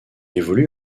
évolue